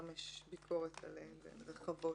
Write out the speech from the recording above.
גם יש ביקורת עליהן, הן רחבות.